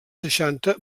seixanta